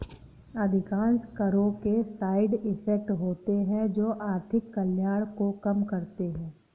अधिकांश करों के साइड इफेक्ट होते हैं जो आर्थिक कल्याण को कम करते हैं